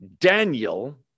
Daniel